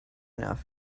enough